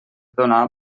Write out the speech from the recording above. donar